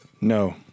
No